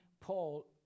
Paul